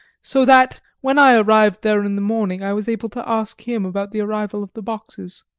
so that when i arrived there in the morning i was able to ask him about the arrival of the boxes.